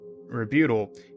rebuttal